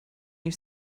you